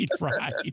right